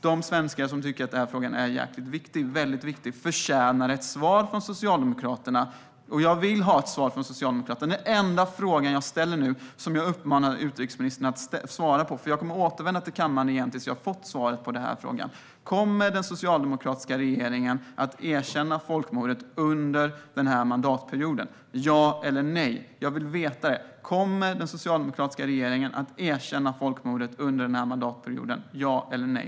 De svenskar som tycker att den här frågan är väldigt viktig förtjänar ett svar från Socialdemokraterna. Den enda fråga som jag ställer och som jag uppmanar utrikesministern att svara på - jag kommer att återvända till kammaren tills att jag har fått svar på frågan - är: Kommer den socialdemokratiska regeringen att erkänna folkmordet under den här mandatperioden, ja eller nej?